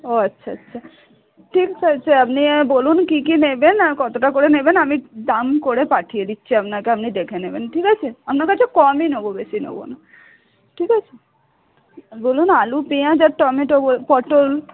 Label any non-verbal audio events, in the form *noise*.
ও আচ্ছা আচ্ছা ঠিক আছে আপনি আর বলুন কী কী নেবেন আর কতোটা করে নেবেন আমি দাম করে পাঠিয়ে দিচ্ছি আপনাকে আপনি দেখে নেবেন ঠিক আছে আপনার কাছে কমই নেব বেশি নেব না ঠিক আছে বলুন আলু পেঁয়াজ আর টমেটো *unintelligible* পটল